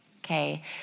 okay